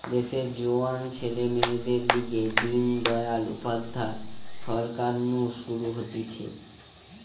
দেশের জোয়ান ছেলে মেয়েদের লিগে দিন দয়াল উপাধ্যায় সরকার নু শুরু হতিছে